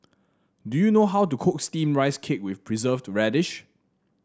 do you know how to cook steamed Rice Cake with Preserved Radish